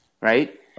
right